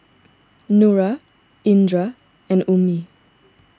Nura Indra and Ummi